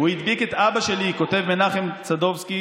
"הוא הדביק את אבא שלי", כותב מנחם סדובסקי,